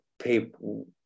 people